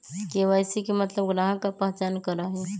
KYC के मतलब ग्राहक का पहचान करहई?